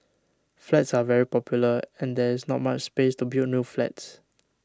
flats are very popular and there is not much space to build new flats